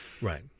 Right